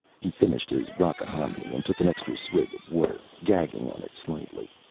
he finished his rockahominy and took an extra swig of water, gagging on it slightly.